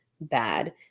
bad